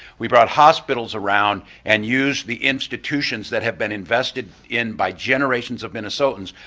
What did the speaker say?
we brought hospitals around and used the institutions that have been invested in by generations of minnesotans,